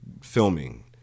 filming